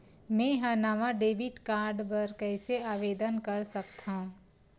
मेंहा नवा debit card बर कैसे आवेदन कर सकथव?